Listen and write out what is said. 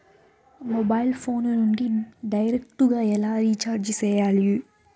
mobile phone నుండి direct గా ఎలా రీచార్జి సేయాలి